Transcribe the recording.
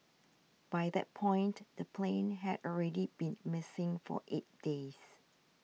by that point the plane had already been missing for eight days